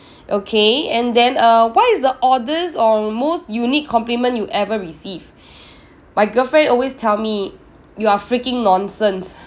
okay and then err what is the oddest or most unique compliment you ever receive my girlfriend always tell me you are freaking nonsense